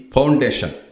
Foundation